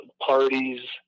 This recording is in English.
parties